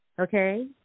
Okay